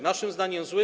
Naszym zdaniem - zły.